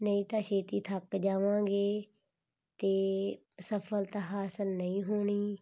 ਨਹੀਂ ਤਾਂ ਛੇਤੀ ਥੱਕ ਜਾਵਾਂਗੇ ਅਤੇ ਸਫ਼ਲਤਾ ਹਾਸਲ ਨਹੀਂ ਹੋਣੀ